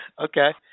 Okay